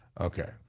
Okay